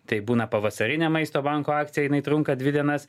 tai būna pavasarinė maisto banko akcija jinai trunka dvi dienas